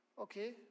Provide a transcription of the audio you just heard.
okay